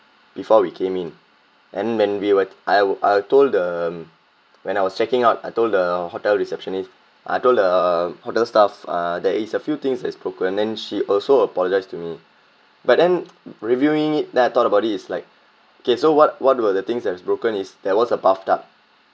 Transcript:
before we came in and when we were I I told the when I was checking out I told the hotel receptionist I told the hotel staff uh there is a few things that is broken and then she also apologise to me but then reviewing it then I thought about it it's like okay so what what were the things that is broken is there was a bathtub